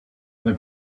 other